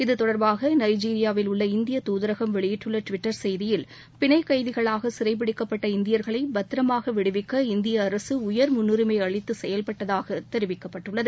இது தொடர்பாக நைஜீரியாவில் உள்ள இந்தியத் தூதரகம் வெளியிட்டுள்ள ட்விட்டர் செய்தியில் பினைக்கைதிகளாக சிறைப்பிடிக்கப்பட்ட இந்தியர்களை பத்திரமாக விடுவிக்க இந்திய அரசு உயர் முன்னுரிமை அளித்து செயல்பட்டதாக தெரிவிக்கப்பட்டுள்ளது